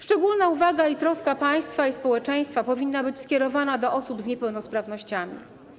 Szczególna uwaga, troska państwa i społeczeństwa powinna być skierowana do osób z niepełnosprawnościami.